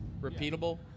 Repeatable